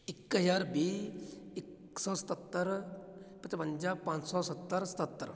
ਇੱਕ ਹਜ਼ਾਰ ਵੀਹ ਇੱਕ ਸੌ ਸਤੱਤਰ ਪਚਵੰਜਾ ਪੰਜ ਸੌ ਸੱਤਰ ਸਤੱਤਰ